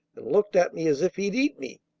and looked at me as if he'd eat me.